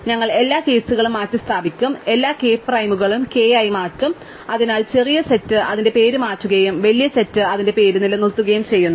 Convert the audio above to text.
അതിനാൽ ഞങ്ങൾ എല്ലാ കേസുകളും മാറ്റിസ്ഥാപിക്കും ഞങ്ങൾ എല്ലാ k പ്രൈമുകളും k ആയി മാറ്റും അതിനാൽ ചെറിയ സെറ്റ് അതിന്റെ പേര് മാറ്റുകയും വലിയ സെറ്റ് അതിന്റെ പേര് നിലനിർത്തുകയും ചെയ്യുന്നു